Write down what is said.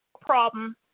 problem